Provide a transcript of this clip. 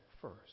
first